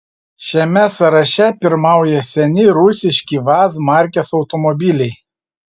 šiame sąraše pirmauja seni rusiški vaz markės automobiliai